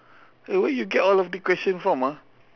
eh where you get all of the question from ah